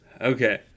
Okay